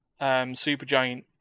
Supergiant